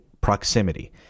proximity